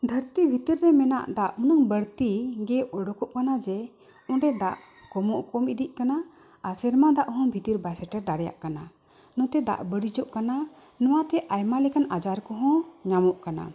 ᱫᱷᱟᱹᱨᱛᱤ ᱵᱷᱤᱛᱤᱨ ᱨᱮ ᱢᱮᱱᱟᱜ ᱫᱟᱜ ᱩᱱᱟᱹᱜ ᱵᱟᱹᱲᱛᱤ ᱜᱮ ᱩᱰᱩᱠᱚᱜ ᱠᱟᱱᱟ ᱡᱮ ᱚᱸᱰᱮ ᱫᱟᱜ ᱠᱚᱢᱚᱜ ᱠᱚᱢ ᱤᱫᱤᱜ ᱠᱟᱱᱟ ᱟᱨ ᱥᱮᱨᱢᱟ ᱫᱟᱜ ᱦᱚᱸ ᱵᱷᱤᱛᱤᱨ ᱵᱟᱭ ᱥᱮᱴᱮᱨ ᱫᱟᱲᱮᱭᱟᱜ ᱠᱟᱱᱟ ᱱᱚᱛᱮ ᱫᱟᱜ ᱵᱟᱹᱲᱤᱡᱚᱜ ᱠᱟᱱᱟ ᱱᱚᱣᱟ ᱛᱮ ᱟᱭᱢᱟ ᱞᱮᱠᱟᱱ ᱟᱡᱟᱨ ᱠᱚᱦᱚᱸ ᱧᱟᱢᱚᱜ ᱠᱟᱱᱟ